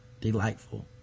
Delightful